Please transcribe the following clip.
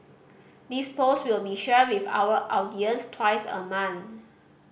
this post will be shared with our audience twice a month